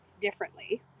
differently